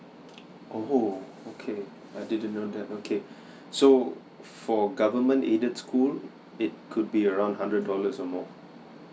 oh [ho] okay I didn't know that okay so for government aided school it could be around hundred dollars or more